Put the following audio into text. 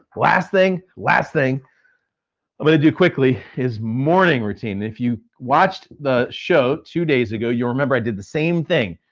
last thing, last thing i'm gonna do quickly is morning routine. if you watched the show two days ago, you'll remember i did the same thing.